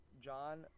John